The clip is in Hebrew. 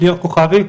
ליאור כוכבי,